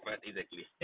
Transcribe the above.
five exactly